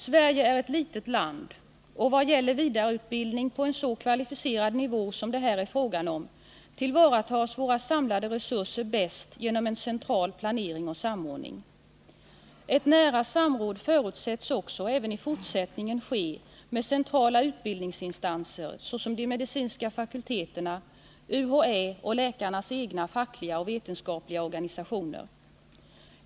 Sverige är ett litet land, och vad gäller vidareutbildning på en så kvalificerad nivå som det här är fråga om tillvaratas våra samlade resurser bäst genom en central planering och samordning. Ett nära samråd förutsätts också även i fortsättningen ske med centrala utbildningsinstanser, såsom de medicinska fakulteterna, UHÄ och läkarnas egna fackliga och vetenskapliga organisationer.